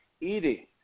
Eating